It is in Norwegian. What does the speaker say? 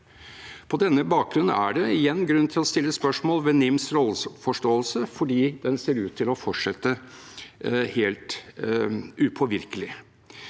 På denne bakgrunn er det igjen grunn til å stille spørsmål ved NIMs rolleforståelse, ettersom den ser ut til å fortsette helt upåvirkelig.